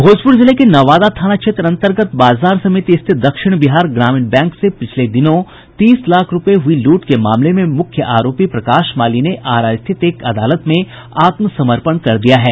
भोजपुर जिले के नवादा थाना क्षेत्र अंतर्गत बाजार समिति स्थित दक्षिण बिहार ग्रामीण बैंक से पिछले दिनों हुई तीस लाख रूपये लूट के मामले में मुख्य आरोपी प्रकाश माली ने आरा स्थित एक अदालत में आत्मसमर्पण कर दिया है